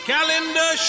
Calendar